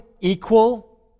equal